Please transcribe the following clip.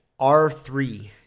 R3